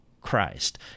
Christ